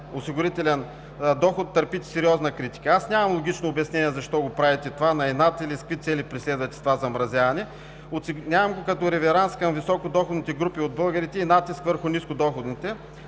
осигурителен доход, търпите сериозна критика. Нямам логично обяснение защо го правите това на инат и с какви цели преследвате това замразяване. Оценявам го като реверанс към високодоходните групи от българи и натиск към нискодоходните.